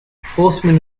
horsemen